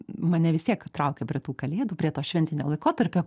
mane vis tiek traukia prie tų kalėdų prie to šventinio laikotarpio